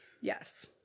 Yes